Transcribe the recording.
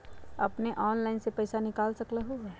अपने ऑनलाइन से पईसा निकाल सकलहु ह?